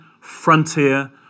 frontier